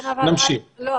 לא,